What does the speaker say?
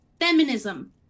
feminism